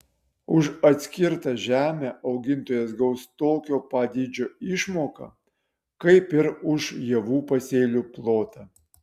už atskirtą žemę augintojas gaus tokio pat dydžio išmoką kaip ir už javų pasėlių plotą